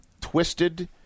twisted